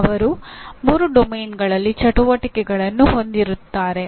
ಅವರು ಮೂರು ಕಾರ್ಯಕ್ಷೇತ್ರಗಳಲ್ಲಿ ಚಟುವಟಿಕೆಗಳನ್ನು ಹೊಂದಿರುತ್ತಾರೆ